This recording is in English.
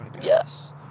Yes